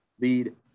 lead